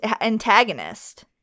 antagonist